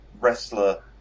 wrestler